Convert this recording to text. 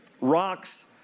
Rocks